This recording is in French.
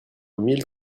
mille